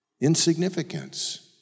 insignificance